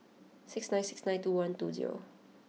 six nine six nine two one two zero